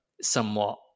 somewhat